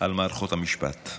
על מערכות המשפט.